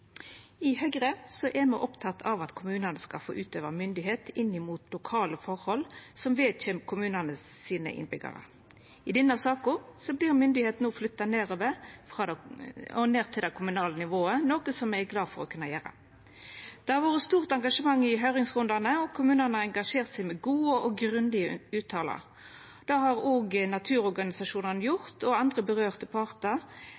I Høgre er me opptekne av at kommunane skal få utøva myndigheit i lokale forhold som vedkjem innbyggjarane deira. I denne saka vert myndigheita flytta nedover til det kommunale nivået, noko me er glade for å kunna gjera. Det har vore stort engasjement i høyringsrundane, og kommunane har engasjert seg med gode og grundige uttalar. Det har òg naturorganisasjonane og andre partar